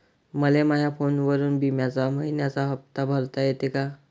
मले माया फोनवरून बिम्याचा मइन्याचा हप्ता भरता येते का?